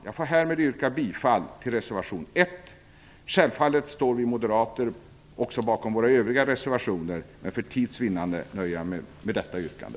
Jag får härmed yrka bifall till reservation 1. Självfallet står vi moderater också bakom våra övriga reservationer, men för tids vinnande nöjer jag mig med detta yrkande.